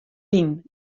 wyn